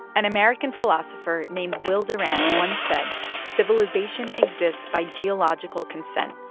an american philosopher named will durant once said civilization exists by geological consent,